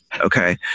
okay